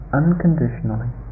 unconditionally